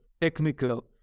technical